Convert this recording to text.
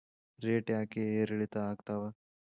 Rate ಯಾಕೆ ಏರಿಳಿತ ಆಗ್ತಾವ?